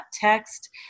text